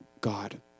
God